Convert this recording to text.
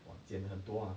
!wah! 减很多 ah